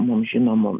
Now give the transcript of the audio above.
mums žinomu